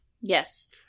yes